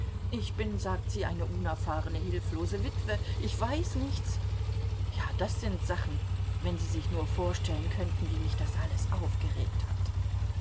ich bin sagt sie eine unerfahrene hilflose witwe ich weiß nichts ja das sind sachen wenn sie sich nur vorstellen könnten wie mich das alles aufgeregt hat